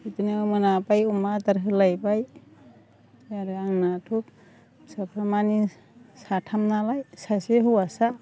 बिदिनो मोनाबाय अमा आदार होलायबाय आरो आंनाथ' फिसाफ्रा मानि साथाम नालाय सासे हौवासा